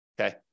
okay